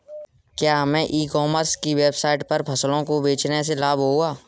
क्या हमें e commerce की वेबसाइट पर फसलों को बेचने से लाभ होगा?